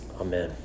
Amen